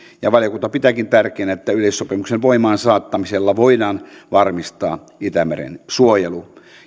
ja valiokunta pitääkin tärkeänä että yleissopimuksen voimaan saattamisella voidaan varmistaa itämeren suojelu